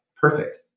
Perfect